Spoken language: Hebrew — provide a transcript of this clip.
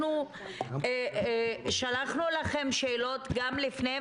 אנחנו שלחנו לכם שאלות גם לפני,